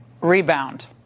rebound